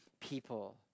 people